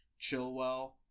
Chilwell